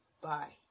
Bye